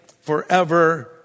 forever